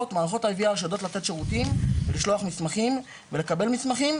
מערכות IVR שיודעות לשלוח מסמכים ולקבל מסמכים,